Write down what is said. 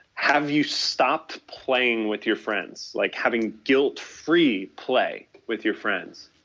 have you stopped playing with your friends? like having guilt free play with your friends.